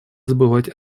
забывать